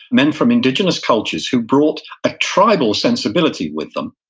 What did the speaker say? men from indigenous cultures who brought a tribal sensibility with them.